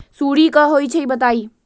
सुडी क होई छई बताई?